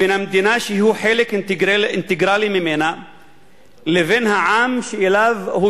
בין המדינה שהוא חלק אינטגרלי ממנה לבין העם שאליו הוא